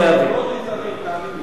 מאוד נזהרים, תאמין לי.